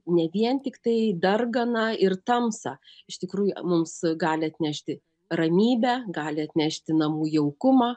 ne vien tiktai darganą ir tamsą iš tikrųjų mums gali atnešti ramybę gali atnešti namų jaukumą